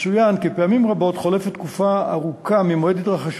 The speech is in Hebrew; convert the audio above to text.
יצוין כי פעמים רבות חולפת תקופה ארוכה ממועד התרחשות